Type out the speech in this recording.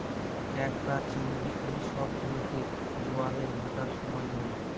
ক্যাঁকড়া, চিংড়ি এই সব গুলোকে জোয়ারের ভাঁটার সময় ধরে